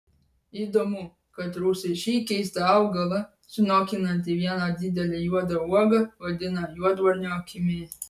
įdomu kad rusai šį keistą augalą sunokinantį vieną didelę juodą uogą vadina juodvarnio akimi